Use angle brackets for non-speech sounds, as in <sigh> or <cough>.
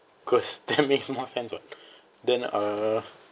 because that makes more sense what <breath> then uh